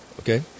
okay